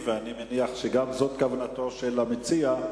ואני מניח שגם זו כוונתו של המציע,